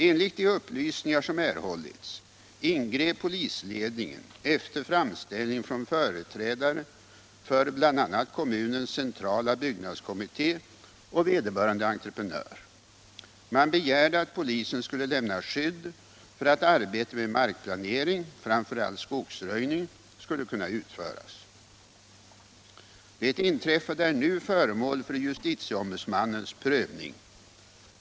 Enligt de upplysningar som erhållits ingrep polisledningen efter framställning från företrädare för bl.a. kommunens centrala byggnadskommitté och vederbörande entreprenör. Man begärde att polisen skulle lämna skydd för att arbetet med markplanering, framför allt skogsröjning, skulle kunna utföras. Det inträffade är nu föremål för justitieombudsmannens prövning.